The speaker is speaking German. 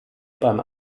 beim